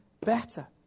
better